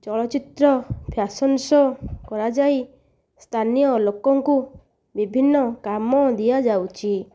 ଚଳଚ୍ଚିତ୍ର fashion show କରାଯାଇ ସ୍ଥାନୀୟ ଲୋକଙ୍କୁ ବିଭିନ୍ନ କାମ ଦିଆଯାଉଛି